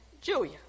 Julia